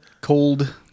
Cold